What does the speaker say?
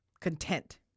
content